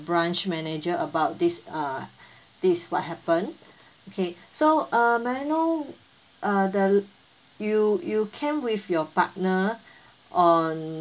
branch manager about this err this what happened okay so err may I know err the you you came with your partner on